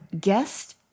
guest